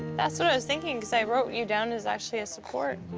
that's what i was thinking, cause i wrote you down as actually a support.